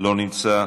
לא נמצא,